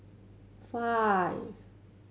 five